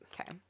Okay